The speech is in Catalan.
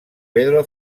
pedro